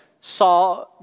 saw